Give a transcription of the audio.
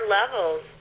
levels